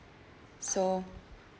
so